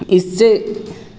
इससे